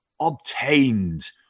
obtained